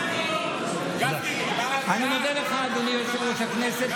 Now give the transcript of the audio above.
אני מודה לך, אדוני יושב-ראש הכנסת.